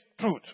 truth